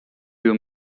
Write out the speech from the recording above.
you